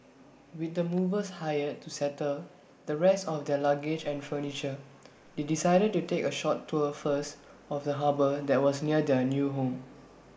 with the movers hired to settle the rest of their luggage and furniture they decided to take A short tour first of the harbour that was near their new home